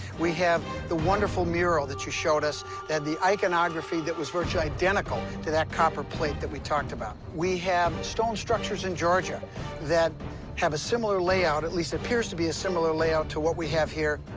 we have the wonderful mural that you showed us that had the iconography that was virtually identical to that copper plate that we talked about. we have stone structures in georgia that have a similar layout. at least, it appears to be a similar layout to what we have here.